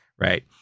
right